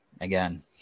Again